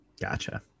Gotcha